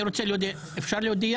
אפרת,